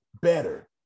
better